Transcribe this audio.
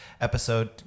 episode